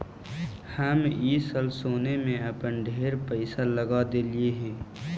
हम ई साल सोने में अपन ढेर पईसा लगा देलिअई हे